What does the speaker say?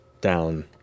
down